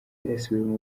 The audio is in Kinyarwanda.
yarasiwe